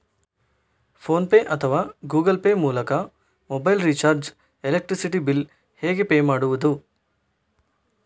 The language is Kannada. ಫೋನ್ ಪೇ ಅಥವಾ ಗೂಗಲ್ ಪೇ ಮೂಲಕ ಮೊಬೈಲ್ ರಿಚಾರ್ಜ್, ಎಲೆಕ್ಟ್ರಿಸಿಟಿ ಬಿಲ್ ಹೇಗೆ ಪೇ ಮಾಡುವುದು?